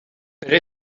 pero